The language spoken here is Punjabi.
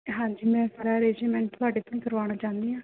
ਹਾਂਜੀ ਮੈਂ ਸਾਰਾ ਅਰੈਂਜਮੈਂਟ ਤੁਹਾਡੇ ਤੋਂ ਹੀ ਕਰਵਾਉਣਾ ਚਾਹੁਦੀ ਹਾਂ